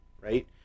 right